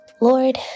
Lord